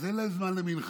אז אין להם זמן למנחה,